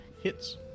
Hits